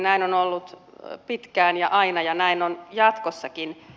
näin on ollut pitkään ja aina ja näin on jatkossakin